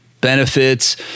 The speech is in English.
benefits